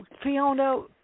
Fiona